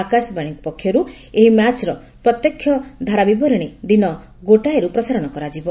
ଆକାଶବାଣୀକୁ ପକ୍ଷରୁ ଏହି ମ୍ୟାଚର ପ୍ରତ୍ୟେକ ଧାରାବିବରଣୀ ଦିନ ଗୋଟାଏରୁ ପ୍ରସାରଣ କରାଯିବ